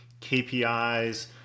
KPIs